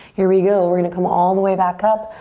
here we go. we're gonna come all the way back up.